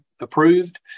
approved